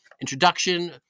introduction